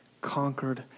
conquered